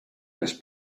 les